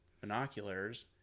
binoculars